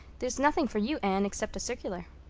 there's nothing for you, anne, except a circular.